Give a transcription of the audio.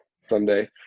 someday